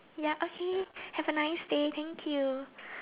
ya okay have a nice day thank you